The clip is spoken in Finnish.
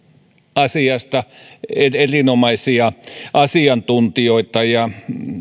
asiasta erinomaisia asiantuntijoita ja